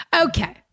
Okay